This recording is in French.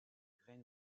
green